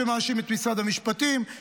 שמאשים את משרד המשפטים,